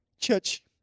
Church